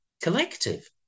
collective